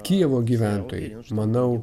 kijevo gyventojai manau